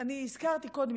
אני הזכרתי קודם,